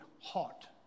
hot